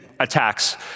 attacks